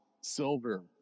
silver